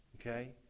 Okay